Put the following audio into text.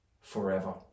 forever